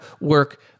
work